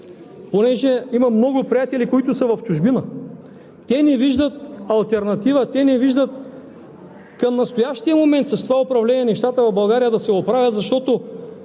понеже имам много приятели, които са в чужбина, те не виждат алтернатива, не виждат към настоящия момент, с това управление нещата в България да се оправят, защото